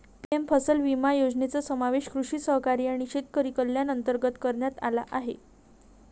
PM फसल विमा योजनेचा समावेश कृषी सहकारी आणि शेतकरी कल्याण अंतर्गत करण्यात आला आहे